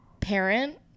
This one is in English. Parent